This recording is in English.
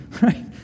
right